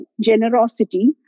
generosity